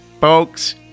Folks